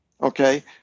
Okay